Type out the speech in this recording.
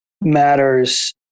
matters